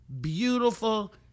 beautiful